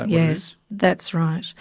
yes, that's right.